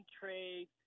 trade